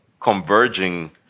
converging